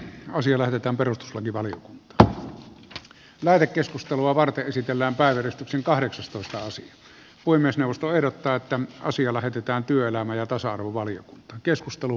asia lähetetään perustuslakivaliokuntaan mää keskustelua varten esitellään partekin kahdeksastoista osan voi myös puhemiesneuvosto ehdottaa että asia lähetetään työelämä ja tasa arvovaliokuntaan